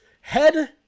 head